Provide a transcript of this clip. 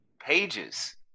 pages